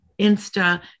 Insta